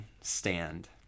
stand